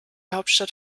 hauptstadt